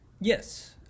Yes